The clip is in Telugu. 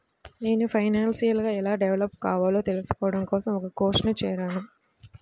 నేను ఫైనాన్షియల్ గా ఎలా డెవలప్ కావాలో తెల్సుకోడం కోసం ఒక కోర్సులో జేరాను